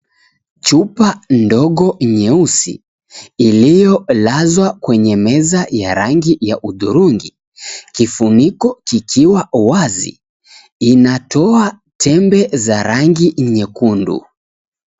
Chupa ndogo nyeusi iliolazwa kwenye meza ya rangi ya hudhurungi kifuniko kikiwa wazi inatoa tembe za rangi nyekundu.